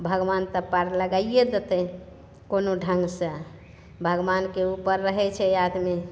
भगवान तऽ पार लगाइये देतै कोनो ढङ्ग से भगवानके उपर रहै छै आदमी